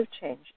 change